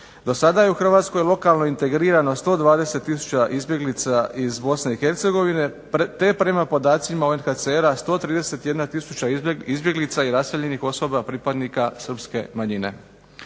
Do sada je u Hrvatskoj lokalno integrirano 120 tisuća izbjeglica iz Bosne i Hercegovine, te prema podacima UNHCR-a 131 tisuća izbjeglica i raseljenih osoba pripadnika srpske manjine.